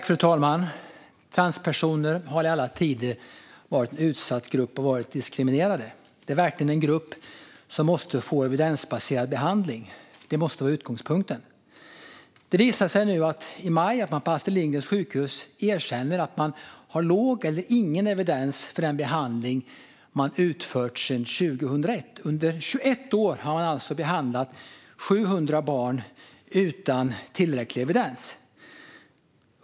Fru talman! Transpersoner har i alla tider varit en utsatt och diskriminerad grupp. Det är verkligen en grupp som måste få evidensbaserad behandling. Det måste vara utgångspunkten. I maj erkände Astrid Lindgrens barnsjukhus att man har låg eller ingen evidens för den behandling som man utfört sedan 2001. Under 21 år har man alltså behandlat 700 barn utan tillräcklig evidens.